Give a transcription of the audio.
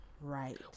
Right